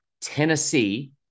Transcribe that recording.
Tennessee